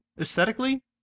aesthetically